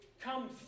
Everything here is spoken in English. come